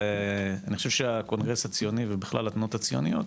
אני חושב שהקונגרס הציוני ובכלל התנועות הציוניות,